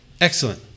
Excellent